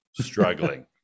struggling